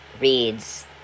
reads